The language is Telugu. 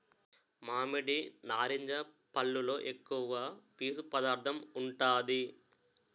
మామిడి, నారింజ పల్లులో ఎక్కువ పీసు పదార్థం ఉంటాది